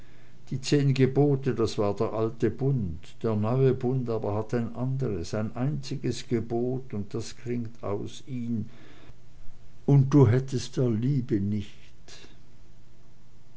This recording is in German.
die zehn gebote das war der alte bund der neue bund aber hat ein andres ein einziges gebot und das klingt aus in und du hättest der liebe nicht